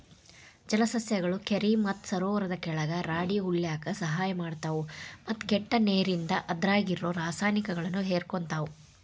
ಜಲಸಸ್ಯಗಳು ಕೆರಿ ಮತ್ತ ಸರೋವರದ ಕೆಳಗ ರಾಡಿ ಉಳ್ಯಾಕ ಸಹಾಯ ಮಾಡ್ತಾವು, ಮತ್ತ ಕೆಟ್ಟ ನೇರಿಂದ ಅದ್ರಾಗಿರೋ ರಾಸಾಯನಿಕಗಳನ್ನ ಹೇರಕೋತಾವ